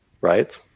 right